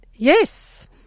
Yes